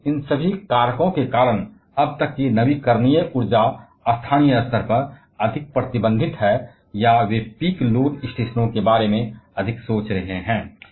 और इन सभी कारकों के कारण अब तक की नवीकरणीय ऊर्जा स्थानीय पैमाने पर अधिक प्रतिबंधित है या वे पीक लोड स्टेशनों के बारे में अधिक सोच रहे हैं